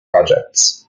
projects